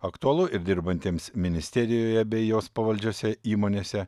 aktualu ir dirbantiems ministerijoje bei jos pavaldžiose įmonėse